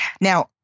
Now